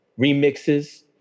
remixes